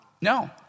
No